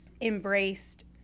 embraced